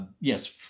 yes